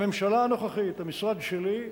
הממשלה הנוכחית, המשרד שלי,